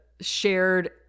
shared